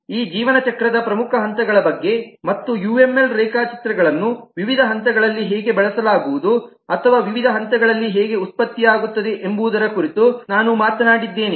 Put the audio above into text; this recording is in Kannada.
ಈ ಜೀವನ ಚಕ್ರದ ಪ್ರಮುಖ ಹಂತಗಳ ಬಗ್ಗೆ ಮತ್ತು ಯುಎಂಎಲ್ ರೇಖಾಚಿತ್ರಗಳನ್ನು ವಿವಿಧ ಹಂತಗಳಲ್ಲಿ ಹೇಗೆ ಬಳಸಲಾಗುವುದು ಅಥವಾ ವಿವಿಧ ಹಂತಗಳಲ್ಲಿ ಹೇಗೆ ಉತ್ಪತ್ತಿಯಾಗುತ್ತದೆ ಎಂಬುದರ ಕುರಿತು ನಾನು ಮಾತನಾಡಿದ್ದೇನೆ